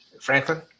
Franklin